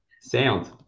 sound